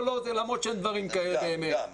למרות שאין דברים כאלה באמת